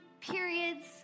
periods